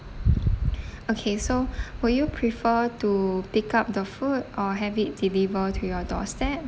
okay so would you prefer to pick up the food or have it deliver to your doorstep